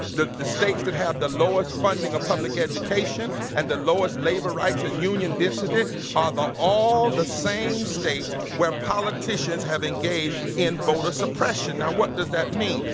the the states that have the lowest funding of public education and the lowest labor rights and union density are all the same states where politicians have engaged in voter suppression. now, what does that mean?